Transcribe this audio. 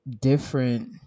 different